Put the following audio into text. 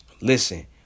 Listen